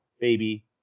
Baby